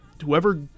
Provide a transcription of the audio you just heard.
whoever